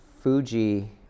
Fuji